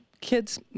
kids